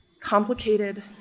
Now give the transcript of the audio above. Complicated